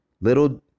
Little